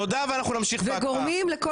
תודה ואנחנו נמשיך בהקראה.